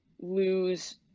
lose